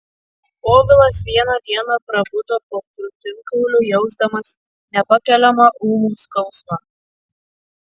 povilas vieną dieną prabudo po krūtinkauliu jausdamas nepakeliamą ūmų skausmą